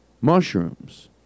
mushrooms